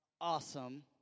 awesome